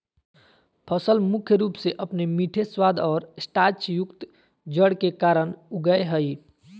फसल मुख्य रूप से अपने मीठे स्वाद और स्टार्चयुक्त जड़ के कारन उगैय हइ